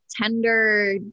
tender